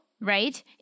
right